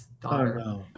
daughter